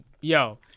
Yo